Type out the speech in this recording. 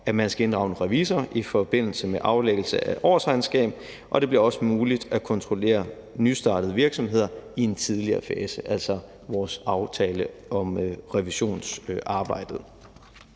at man skal inddrage en revisor i forbindelse med aflæggelse af årsregnskab, og det bliver også muligt at kontrollere nystartede virksomheder i en tidligere fase – altså vores aftale om revisionsarbejdet.